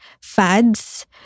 fads